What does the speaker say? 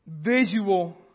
visual